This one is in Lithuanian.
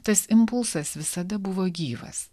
tas impulsas visada buvo gyvas